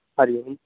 हरिः ओम्